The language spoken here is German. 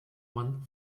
mann